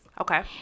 Okay